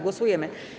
Głosujemy.